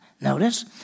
Notice